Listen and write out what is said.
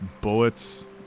bullets